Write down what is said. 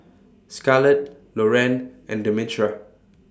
Scarlett Loren and Demetra